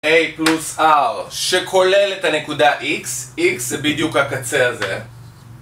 a פלוס r שכולל את הנקודה x, x זה בדיוק הקצה הזה